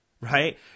right